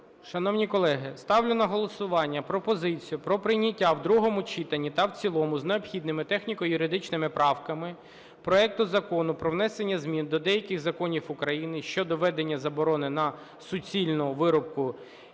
Шановні колеги! Ставлю на голосування пропозицію про прийняття в другому читанні та в цілому з необхідними техніко-юридичними правками проект Закону про внесення змін до деяких законів України щодо введення заборони на суцільну вирубку